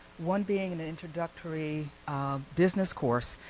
one being an introductory business course,